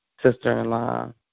sister-in-law